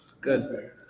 Good